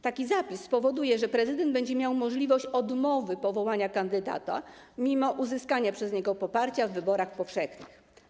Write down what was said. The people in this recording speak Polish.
Taki zapis powoduje, że prezydent będzie miał możliwość odmowy powołania kandydata mimo uzyskania przez niego poparcia w wyborach powszechnych.